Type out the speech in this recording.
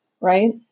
right